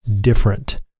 different